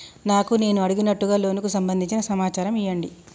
నాకు నేను అడిగినట్టుగా లోనుకు సంబందించిన సమాచారం ఇయ్యండి?